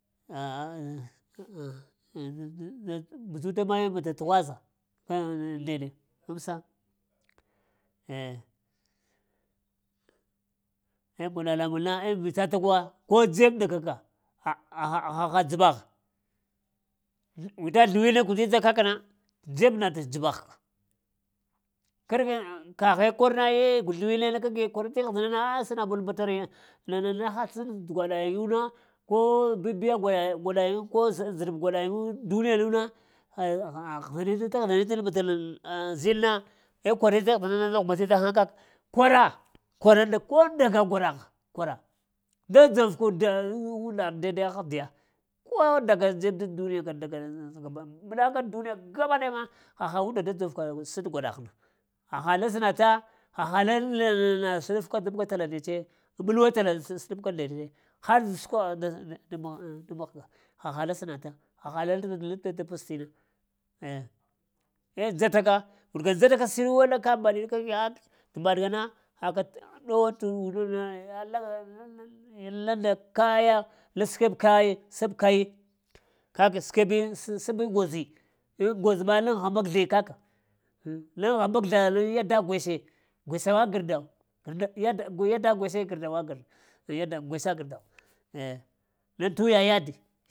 budzuta mayiŋ bata tughwaza an ŋ nede mg eh gwada lamuŋ na eh mbitsa ta muwa ko dzeb ndaga ka, a? Ha dzeɓ agh vita zləwiŋe kuzlita kakəna, dzeb na tədzəbagh ka kər ma kaghe kor na eh kwizlita zləwiŋ na ka gi kwarati ahdəna na a səna bol bata re na ha sən bata t'gwaɗa yiŋo na ko dadiya gwaɗayiŋ ko zəɗ bə gwaɗiyiŋu duniya nu məna a həzle ta- həzla ni tal mən zəɗ na eh kwarati ahdəni da humbasita a kak, kwaraa, kwara ko nda ga gwaɗagh, kwara da dzor ka und undagh dai da ya ahdiya, ko ndaga dzeb daŋ duniya ka ɗa kana məɗa ka duniya gabadaya ma haha unda da dzəv ka sən t’ gwaɗagh ma, haha la sənata haha laŋ nana sləɗaf ka tab ga tala nde tse mulwa tala ka sləɗaf ka ndeɗe har səkwaha da mahga haha la sənata, haha lən leŋ da pəs t'ina ndzata ka ndzata shəriwa a sliya t’ gwaɗ ŋgana haka dow t’ undu na ha laŋ laŋ laŋ nda kaya sab kayi sab kayi kaka kəkeb yiŋ. Sab ŋ gozi ŋ goz ma alaŋ ghambəek-zli kaka, ŋ laŋ ghambəek zla laŋ yada gweshi gwesha wa gərndaw, gər gər ndawa gwese gərndaw laŋ tuya yade.